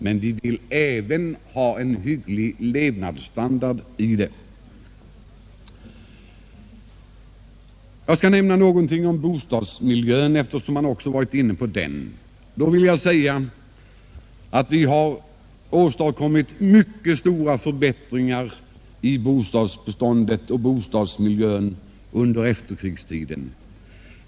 Men vi vill även ha en hygglig levnadsstandard i det. Jag skall nämna någonting om bostadsmiljön, eftersom tidigare talare varit inne på den. Vi har åstadkommit mycket stora förbättringar i bostadsbestånd och bostadsmiljö under efterkrigstiden.